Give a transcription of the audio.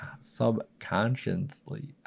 subconsciously